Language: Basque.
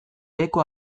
beheko